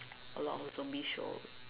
a lot of zombie show